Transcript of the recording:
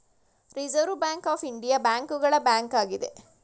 reserve bank of India ಬ್ಯಾಂಕುಗಳ bank ಆಗಿದೆ